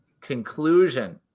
conclusion